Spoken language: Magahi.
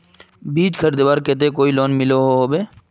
बीज खरीदवार केते कोई लोन मिलोहो होबे?